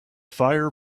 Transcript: fire